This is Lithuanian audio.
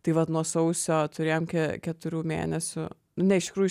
tai vat nuo sausio turėjom ke keturių mėnesių nu ne iš tikrųjų